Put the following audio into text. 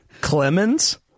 Clemens